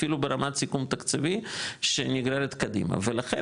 אפילו ברמת סיכום תקציבי שנגררת קדימה ולכן,